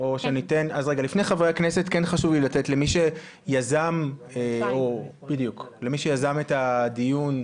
חשוב לי לתת למי שיזם את הדיון.